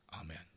Amen